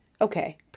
Okay